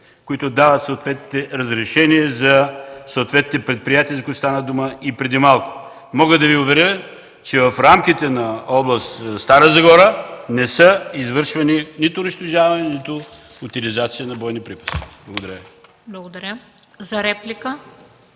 които дават съответните разрешения за съответните предприятия, за които стана дума и преди малко. Мога да Ви уверя, че в рамките на област Стара Загора не са извършвани, нито унищожавани, нито утилизации на бойни припаси. Благодаря Ви.